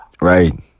Right